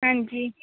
ਹਾਂਜੀ